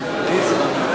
הכנסת,